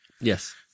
Yes